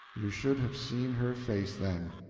you should have seen her face then!